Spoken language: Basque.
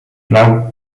lau